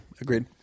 agreed